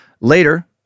Later